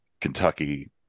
Kentucky